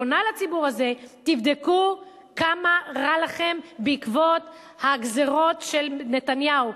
פונה לציבור הזה: תבדקו כמה רע לכם בעקבות הגזירות של נתניהו.